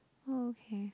okay